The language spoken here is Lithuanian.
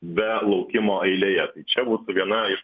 be laukimo eilėje tai čia būtų viena iš